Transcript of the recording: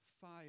fire